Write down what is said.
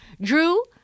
Drew